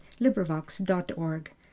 LibriVox.org